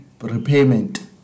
repayment